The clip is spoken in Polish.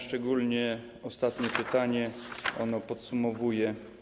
Szczególnie ostatnie pytanie je podsumowuje.